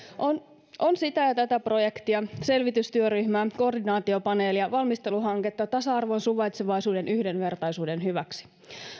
miljoonaa lisää on sitä ja tätä projektia selvitystyöryhmää koordinaatiopaneelia ja valmisteluhanketta tasa arvon suvaitsevaisuuden ja yhdenvertaisuuden hyväksi